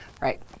Right